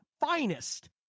finest